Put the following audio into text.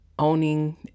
Owning